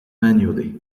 manually